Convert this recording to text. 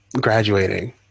graduating